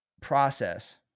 process